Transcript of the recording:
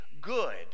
good